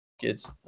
kids